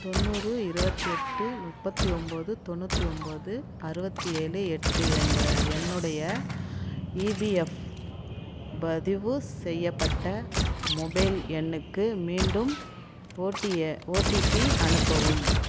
தொண்ணூறு இருபத்தி எட்டு முப்பத்தி ஒன்போது தொண்ணூற்றி ஒன்போது அறுபத்தி ஏழு எட்டு என்ற என்னுடைய இபிஎஃப் பதிவு செய்யப்பட்ட மொபைல் எண்ணுக்கு மீண்டும் ஓட்டிய ஓடிபி அனுப்பவும்